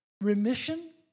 remission